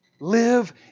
Live